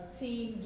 team